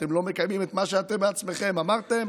אתם לא מקיימים את מה שאתם בעצמכם אמרתם,